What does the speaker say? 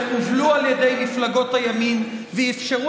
-- שהובלו על ידי מפלגות הימין ואפשרו